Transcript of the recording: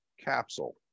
capsule